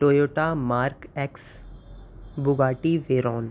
Toyota Mark X Bugatti Veyron